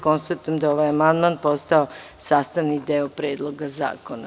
Konstatujem da je ovaj amandman postao sastavni deo Predloga zakona.